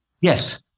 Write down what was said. Yes